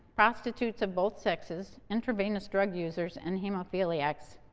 prostitutes of both sexes, intravenous drug users, and hemophiliacs.